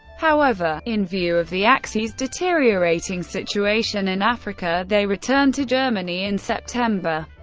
however, in view of the axis' deteriorating situation in africa, they returned to germany in september.